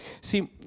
See